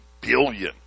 billion